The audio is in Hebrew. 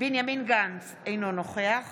בנימין גנץ, אינו נוכח